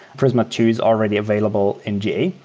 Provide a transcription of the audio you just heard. prisma two is already available in ga.